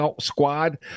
squad